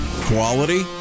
quality